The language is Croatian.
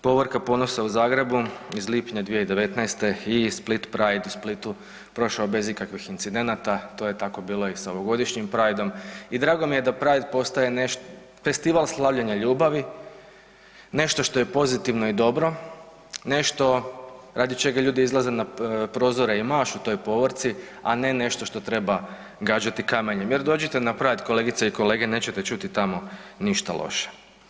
Povorka ponosa u Zagrebu iz lipnja 2019. i Split pride u Splitu prošao bez ikakvih incidenata, to je tako bilo i sa ovogodišnjim prideom i drago mi je da pride postaje festival slavljenja ljubavi, nešto što je pozitivno i dobro, nešto radi čega ljudi izlaze na prozore i mašu toj povorci, a ne nešto što treba gađati kamenjem jer dođite na pride kolegice i kolege nećete čuti tamo ništa loše.